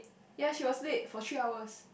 ya she was late for three hours